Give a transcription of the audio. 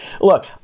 Look